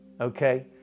Okay